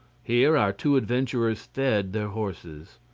here our two adventurers fed their horses.